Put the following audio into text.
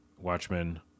Watchmen